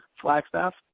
Flagstaff